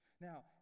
now